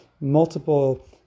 multiple